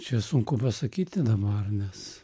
čia sunku pasakyti dabar nes